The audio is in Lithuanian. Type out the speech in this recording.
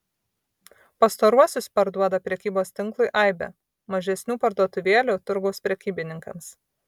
pastaruosius parduoda prekybos tinklui aibė mažesnių parduotuvėlių turgaus prekybininkams